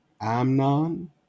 Amnon